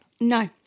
No